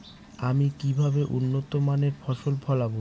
আমি কিভাবে উন্নত মানের ফসল ফলাব?